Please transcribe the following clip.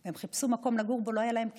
הם חיפשו מקום לגור ולא היה להם כסף,